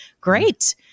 great